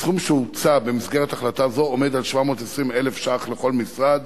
הסכום שהוקצה במסגרת החלטה זו עומד על 720,000 שקל לכל משרד